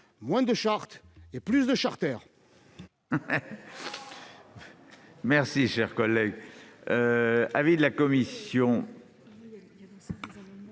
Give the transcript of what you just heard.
moins de chartes, plus de charters